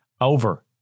over